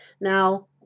Now